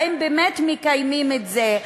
האם באמת מקיימים את זה?